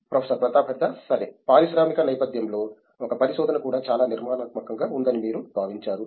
professor Pratap Haridas సరే పారిశ్రామిక నేపధ్యంలో ఒక పరిశోధన కూడా చాలా నిర్మాణాత్మకంగా ఉందని మీరు భావించారు